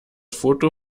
foto